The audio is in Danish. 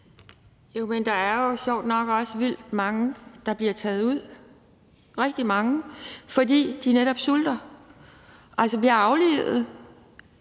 Jo, men der er jo sjovt nok også vildt mange, der bliver taget ud, rigtig mange, fordi de netop sulter. De bliver aflivet,